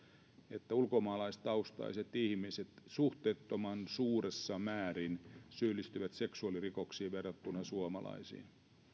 että ulkomaalaistaustaiset ihmiset syyllistyvät suhteettoman suuressa määrin seksuaalirikoksiin verrattuna suomalaisiin